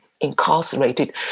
incarcerated